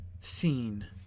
seen